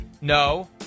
no